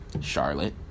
Charlotte